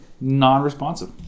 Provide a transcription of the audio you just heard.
non-responsive